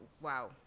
wow